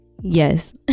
yes